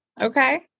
okay